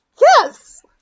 Yes